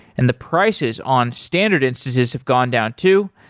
and the prices on standard instances have gone down too.